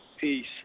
Peace